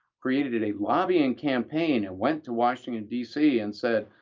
created a lobbying campaign and went to washington dc and said,